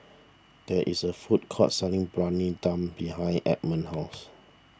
there is a food court selling Briyani Dum behind Edmond's house